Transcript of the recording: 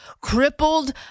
crippled